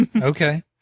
Okay